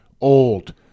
old